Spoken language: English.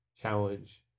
challenge